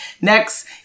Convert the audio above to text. Next